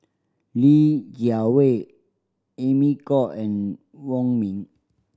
Li Jiawei Amy Khor and Wong Ming